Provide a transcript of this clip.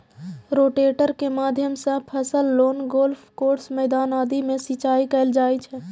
rotator के माध्यम सं फसल, लॉन, गोल्फ कोर्स, मैदान आदि मे सिंचाइ कैल जाइ छै